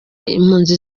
impunzi